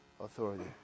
authority